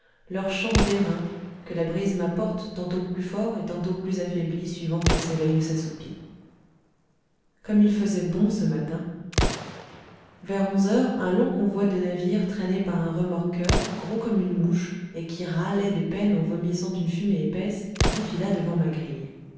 leur chant d'airain que la brise m'apporte tantôt plus fort et tantôt plus affaibli suivant qu'elle s'éveille ou s'assoupit comme il faisait bon ce matin vers onze heures un long convoi de navires traînés par un remorqueur gros comme une mouche et qui râlait de peine en vomissant une fumée épaisse défila devant ma grille